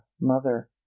mother